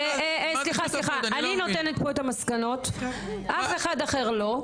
סליחה, אני נותנת פה את המסקנות אף אחד אחר לא.